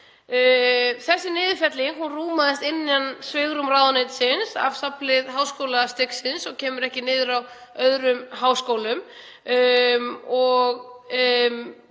Þessi niðurfelling rúmaðist innan svigrúms ráðuneytisins af safnlið háskólastigsins og kemur ekki niður á öðrum háskólum.